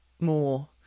more